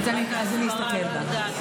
אז אני אסתכל בה.